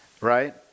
Right